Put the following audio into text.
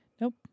nope